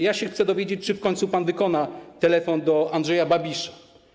Chcę się dowiedzieć, czy w końcu pan wykona telefon do Andrzeja Babisa.